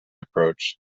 approach